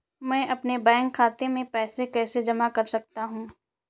मैं अपने बैंक खाते में पैसे कैसे जमा कर सकता हूँ?